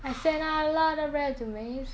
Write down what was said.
I send a lot of resumes